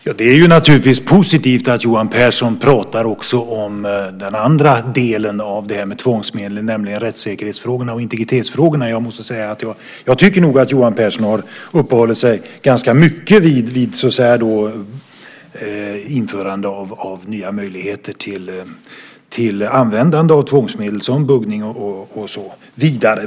Herr talman! Det är naturligtvis positivt att Johan Pehrson också pratar om den andra delen av frågorna om tvångsmedel, nämligen rättssäkerhets och integritetsfrågorna. Jag tycker nog att Johan Pehrson har uppehållit sig ganska mycket vid införande av nya möjligheter till användande av tvångsmedel, till exempel buggning.